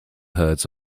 herds